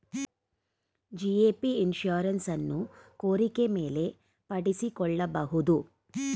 GAP insurance ಅನ್ನು ಕೋರಿಕೆ ಮೇಲೆ ಪಡಿಸಿಕೊಳ್ಳಬಹುದು